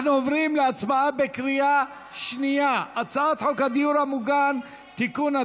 אנחנו עוברים להצבעה בקריאה שנייה על הצעת חוק הדיור המוגן (תיקון),